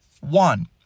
one